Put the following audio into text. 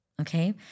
Okay